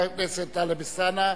חבר הכנסת טלב אלסאנע,